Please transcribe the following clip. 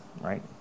right